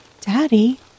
Daddy